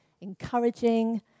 encouraging